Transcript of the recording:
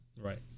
Right